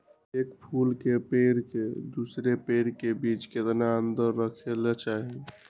एक फुल के पेड़ के दूसरे पेड़ के बीज केतना अंतर रखके चाहि?